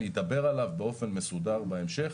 אני אדבר עליו באופן מסודר בהמשך.